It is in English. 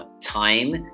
time